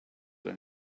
when